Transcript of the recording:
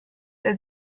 der